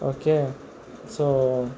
okay so